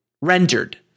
rendered